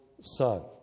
son